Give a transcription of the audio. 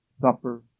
supper